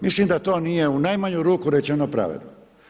Mislim da to nije u najmanju ruku rečeno pravedno.